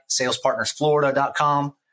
salespartnersflorida.com